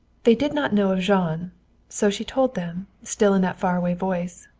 they did not know of jean so she told them, still in that far-away voice.